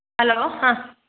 hello ആഹ്